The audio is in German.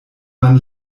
man